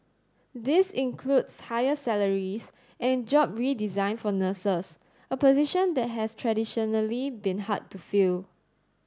this includes higher salaries and job redesign for nurses a position that has traditionally been hard to fill